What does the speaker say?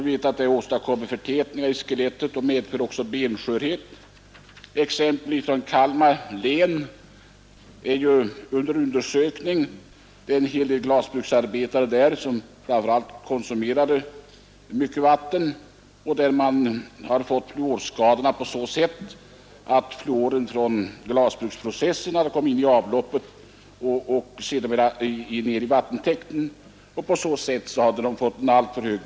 Detta åstadkommer förtätningar i skelettet och förorsakar benskörhet. Flera fall från Kalmar län är nu föremål för undersökning. Glasbruksarbetare där — de hör, som jag sade förut, till de stora vattenförbrukarna — har fått fluorskador. Fluoren från glasbruksprocessen har nämligen kommit in i avloppet och sedermera i vattentäkten, och på så sätt har koncentrationen blivit alltför hög.